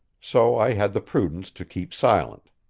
so i had the prudence to keep silent.